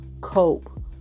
cope